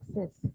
access